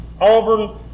Auburn